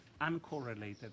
uncorrelated